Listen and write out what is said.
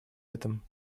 этом